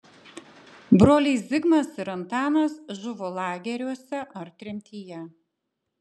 broliai zigmas ir antanas žuvo lageriuose ar tremtyje